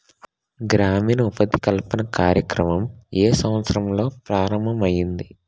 గ్రామీణ ఉపాధి కల్పన కార్యక్రమం ఏ సంవత్సరంలో ప్రారంభం ఐయ్యింది?